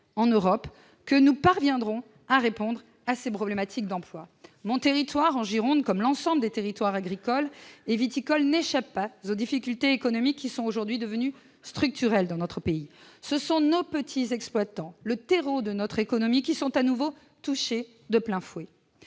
en Europe, que nous parviendrons à répondre à ces problématiques d'emploi. Mon territoire, en Gironde, comme l'ensemble des territoires agricoles et viticoles, n'échappe pas aux difficultés économiques qui sont devenues structurelles dans notre pays. Ce sont nos petits exploitants, le terreau de notre économie, qui sont à nouveau touchés de plein fouet